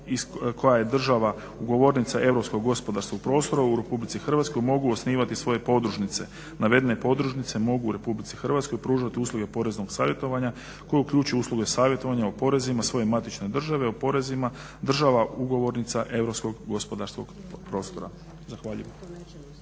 koja je država ugovornica europsko gospodarskog prostora u Republici Hrvatskoj mogu osnivati svoje podružnice. Navedene podružnice mogu u Republici Hrvatskoj pružati usluge poreznog savjetovanja koje uključuju usluge savjetovanja o porezima svoje matične države o porezima država ugovornica europskog gospodarskog prostora. Zahvaljujem.